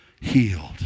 healed